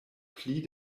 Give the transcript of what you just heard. pli